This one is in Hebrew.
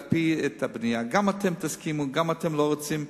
גם אתם תסכימו, גם אתם לא רוצים,